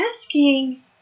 asking